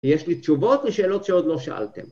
יש לי תשובות לשאלות שעוד לא שאלתם.